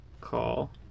call